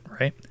right